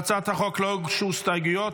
להצעת החוק לא הוגשו הסתייגויות.